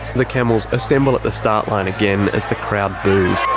the camels assemble at the start line again, as the crowd boos.